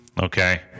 okay